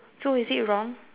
so is it wrong